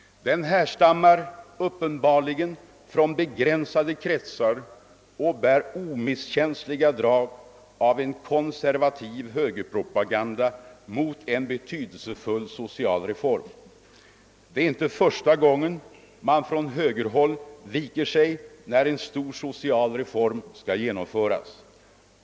Den härstammar uppenbarligen från begränsade kretsar och bär omisskännliga drag av en konservativ högerpropaganda mot en betydelsefull social reform. Det är inte första gången man från högerhåll viker sig när en stor social reform skall genomföras.